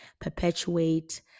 perpetuate